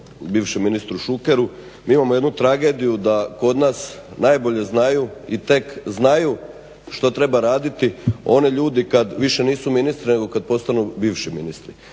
bivšem ministru Šukeru. Mi imamo jednu tragediju da kod nas najbolje znaju i tek znaju što treba raditi oni ljudi kada više nisu ministri nego kada postanu bivši ministri.